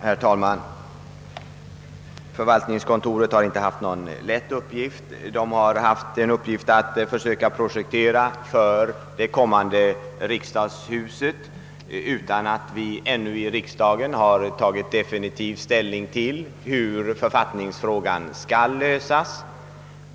Herr talman! Förvaltningskontoret har inte haft någon lätt uppgift. Det har haft uppgiften att söka projektera för det kommande riksdagshuset utan att riksdagen ännu har tagit definitiv ståndpunkt till hur författningsfrågan skall lösas.